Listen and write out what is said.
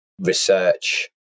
research